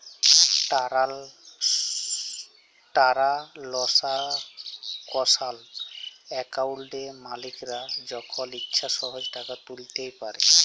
টারালসাকশাল একাউলটে মালিকরা যখল ইছা সহজে টাকা তুইলতে পারে